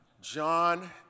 John